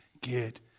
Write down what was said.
Get